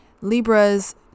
Libras